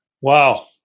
Wow